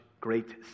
great